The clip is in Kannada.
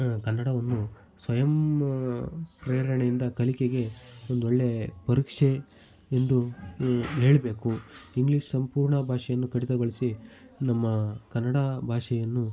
ಕನ್ನಡವನ್ನು ಸ್ವಯಂಪ್ರೇರಣೆಯಿಂದ ಕಲಿಕೆಗೆ ಒಂದೊಳ್ಳೆಯ ಪರೀಕ್ಷೆ ಎಂದು ಹೇಳಬೇಕು ಇಂಗ್ಲೀಷ್ ಸಂಪೂರ್ಣ ಭಾಷೆಯನ್ನು ಕಡಿತಗೊಳಿಸಿ ನಮ್ಮ ಕನ್ನಡ ಭಾಷೆಯನ್ನು